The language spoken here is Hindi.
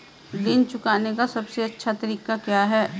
ऋण चुकाने का सबसे अच्छा तरीका क्या है?